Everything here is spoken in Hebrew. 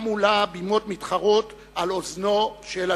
שקמו לה בימות מתחרות על אוזנו של הציבור.